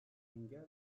engel